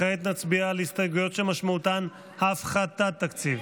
כעת נצביע על הסתייגויות שמשמעותן הפחתת תקציב.